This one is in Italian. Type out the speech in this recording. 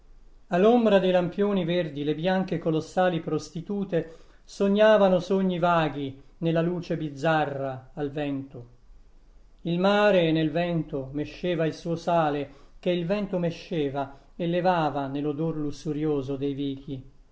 l'ombra dei lampioni verdi le bianche colossali prostitute sognavano sogni vaghi nella luce bizzarra al vento il mare nel vento mesceva il suo sale che il vento mesceva e levava nell'odor lussurioso dei vichi